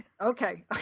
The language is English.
Okay